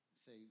Say